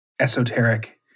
esoteric